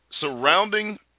surrounding